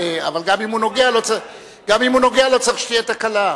אבל גם אם הוא נוגע לא צריך שתהיה תקלה.